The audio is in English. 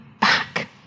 back